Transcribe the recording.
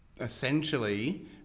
Essentially